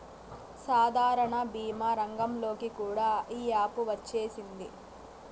సాధారణ భీమా రంగంలోకి కూడా ఈ యాపు వచ్చేసింది